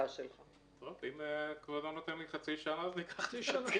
אם כבודו מאשר חצי שנה, אז ניקח חצי שנה.